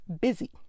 busy